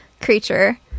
creature